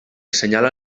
assenyala